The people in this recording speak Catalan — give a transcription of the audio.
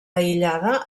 aïllada